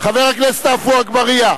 חבר הכנסת עפו אגבאריה,